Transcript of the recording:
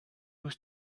was